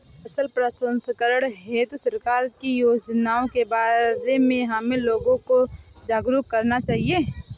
फसल प्रसंस्करण हेतु सरकार की योजनाओं के बारे में हमें लोगों को जागरूक करना चाहिए